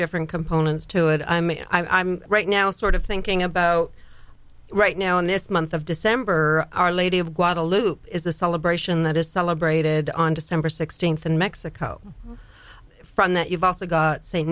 different components to it i mean i'm right now sort of thinking about right now in this month of december our lady of guadalupe is a celebration that is celebrated on december sixteenth in mexico from that you've also got s